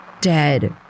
dead